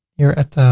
here at,